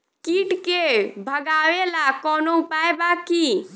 कीट के भगावेला कवनो उपाय बा की?